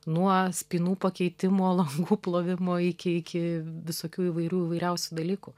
nuo spynų pakeitimo langų plovimo iki iki visokių įvairių įvairiausių dalykų